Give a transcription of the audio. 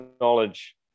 knowledge